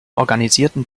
organisierten